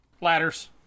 Ladders